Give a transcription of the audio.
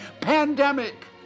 Pandemic